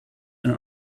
and